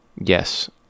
Yes